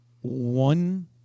one